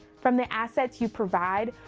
from the assets you provide,